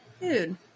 Dude